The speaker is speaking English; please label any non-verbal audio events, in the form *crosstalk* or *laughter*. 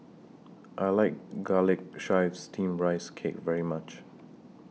I like Garlic Chives Steamed Rice *noise* Cake very much